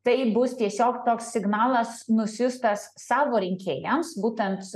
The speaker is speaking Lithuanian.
tai bus tiesiog toks signalas nusiųstas savo rinkėjams būtent